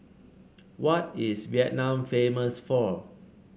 what is Vietnam famous for